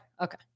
Okay